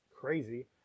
crazy